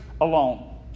alone